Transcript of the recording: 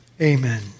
Amen